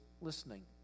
listening